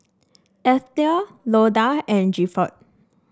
Eithel Loda and Gifford